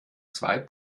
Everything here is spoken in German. zwei